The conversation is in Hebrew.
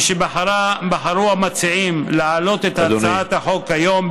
משבחרו המציעים להעלות את הצעת החוק היום, אדוני.